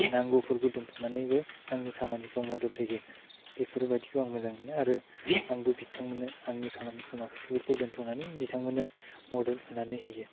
नांगौफोरखौ दोन्थ'नानैबो आंनि खामानिखौ मदद होयो बेफोर बायदिखौ आं मोजां मोनो आरो आंबो बिथांमोननो आंनि खामानिखौ माखासेफोरखौ दोन्थ'नानै बिथांमोननो मदद होनानै होयो